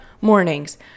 Mornings